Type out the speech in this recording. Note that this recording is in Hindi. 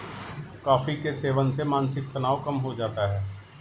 कॉफी के सेवन से मानसिक तनाव कम हो जाता है